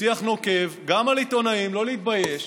שיח נוקב גם על עיתונאים, לא להתבייש,